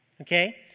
Okay